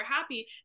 happy